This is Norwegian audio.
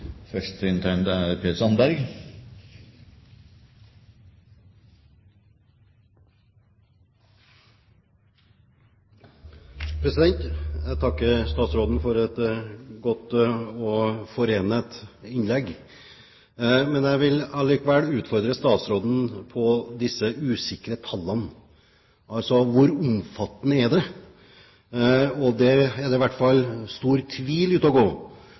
statsråden for et godt innlegg. Men jeg vil allikevel utfordre statsråden på disse usikre tallene – hvor omfattende er dette? Det er i hvert fall stor tvil